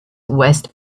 west